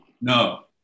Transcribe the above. No